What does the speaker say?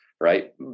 right